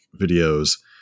videos